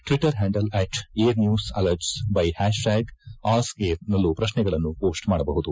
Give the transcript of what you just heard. Twitter handle at air news alerts by hashtag ask air ನಲ್ಲೂ ಪ್ರಶ್ನೆಗಳನ್ನು ಮೋಸ್ಟ್ ಮಾಡಬಹುದು